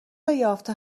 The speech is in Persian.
یافته